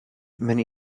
many